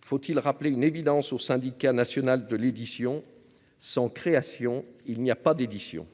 faut-il rappeler une évidence au Syndicat national de l'édition sans création, il n'y a pas d'édition.